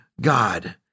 God